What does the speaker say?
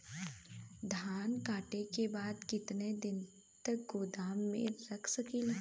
धान कांटेके बाद कितना दिन तक गोदाम में रख सकीला?